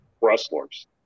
wrestlers